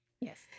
Yes